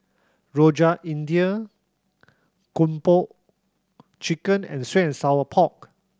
Rojak India Kung Po Chicken and sweet and sour pork